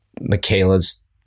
Michaela's